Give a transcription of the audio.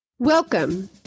Welcome